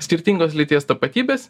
skirtingos lyties tapatybės